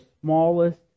smallest